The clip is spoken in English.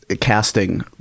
casting